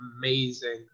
amazing